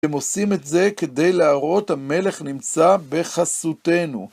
הם עושים את זה כדי להראות המלך נמצא בחסותינו.